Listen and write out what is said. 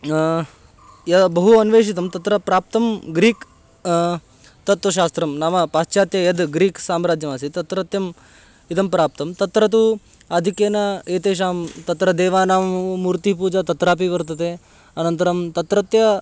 य बहु अन्वेषितं तत्र प्राप्तं ग्रीक् तत्वशास्त्रं नाम पाश्चात्य यत् ग्रीक् साम्राज्यमासीत् तत्रत्यम् इदं प्राप्तं तत्र तु अधिकेन एतेषां तत्र देवानां मूर्तिपूजा तत्रापि वर्तते अनन्तरं तत्रत्य